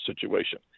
situation